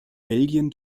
belgien